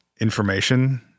information